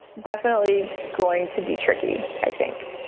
definitely going to be tricky. i think